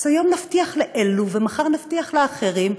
אז היום נבטיח לאלו ומחר נבטיח לאחרים,